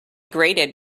grated